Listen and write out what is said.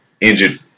injured